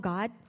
God